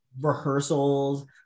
rehearsals